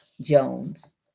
Jones